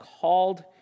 called